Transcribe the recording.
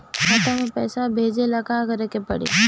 खाता से पैसा भेजे ला का करे के पड़ी?